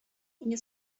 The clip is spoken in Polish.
nie